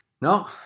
No